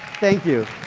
thank you.